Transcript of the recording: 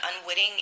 unwitting